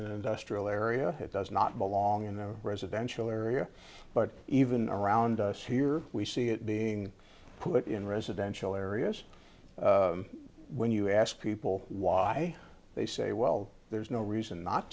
industrial area it does not belong in a residential area but even around here we see it being put in residential areas when you ask people why they say well there's no reason not